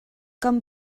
kan